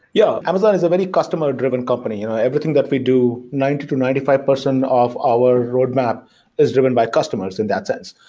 yeah, amazon is a very customer-driven company. everything that we do, ninety percent to ninety five percent of our roadmap is driven by customers in that sense.